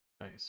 Nice